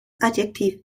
adjektiv